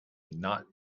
not